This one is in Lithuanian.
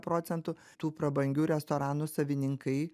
procentų tų prabangių restoranų savininkai